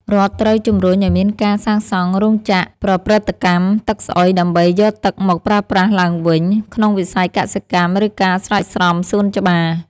រដ្ឋត្រូវជំរុញឱ្យមានការសាងសង់រោងចក្រប្រព្រឹត្តកម្មទឹកស្អុយដើម្បីយកទឹកមកប្រើប្រាស់ឡើងវិញក្នុងវិស័យកសិកម្ម ឬការស្រោចស្រពសួនច្បារ។